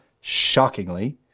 shockingly